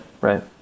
Right